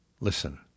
Listen